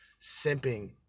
simping